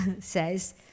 says